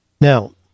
Now